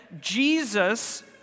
Jesus